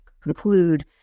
conclude